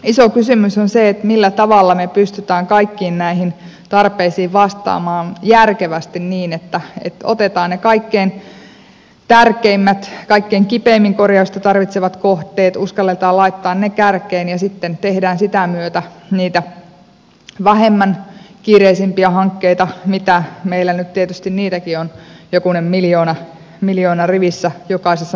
iso kysymys on se millä tavalla me pystymme kaikkiin näihin tarpeisiin vastaamaan järkevästi niin että otetaan ne kaikkein tärkeimmät kaikkein kipeimmin korjausta tarvitsevat kohteet uskalletaan laittaa ne kärkeen ja sitten tehdään sitä myötä niitä vähemmän kiireisiä hankkeita mitä meillä nyt tietysti niitäkin on jokunen miljoona rivissä jokaisessa maakunnassa